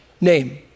name